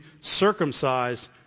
circumcised